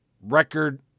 record